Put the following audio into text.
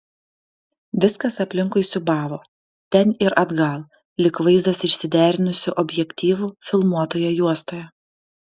viskas aplinkui siūbavo ten ir atgal lyg vaizdas išsiderinusiu objektyvu filmuotoje juostoje